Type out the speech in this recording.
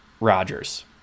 rogers